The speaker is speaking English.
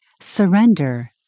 surrender